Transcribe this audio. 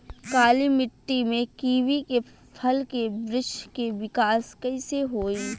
काली मिट्टी में कीवी के फल के बृछ के विकास कइसे होई?